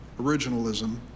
originalism